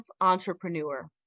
entrepreneur